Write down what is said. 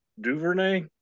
Duvernay